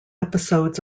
episodes